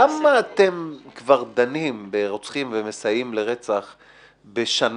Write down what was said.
כמה אתם כבר דנים במקרים של רוצחים ומסייעים לרצח בשנה?